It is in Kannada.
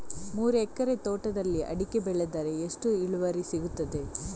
ಮೂರು ಎಕರೆ ತೋಟದಲ್ಲಿ ಅಡಿಕೆ ಬೆಳೆದರೆ ಎಷ್ಟು ಇಳುವರಿ ಸಿಗುತ್ತದೆ?